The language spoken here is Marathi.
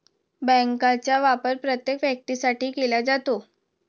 बँकांचा वापर प्रत्येक व्यक्तीसाठी केला जातो